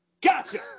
gotcha